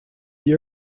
the